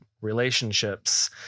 relationships